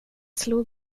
slog